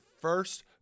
first